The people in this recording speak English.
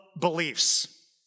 beliefs